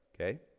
okay